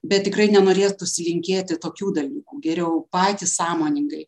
bet tikrai nenorėtųs linkėti tokių dalykų geriau patys sąmoningai